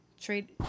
trade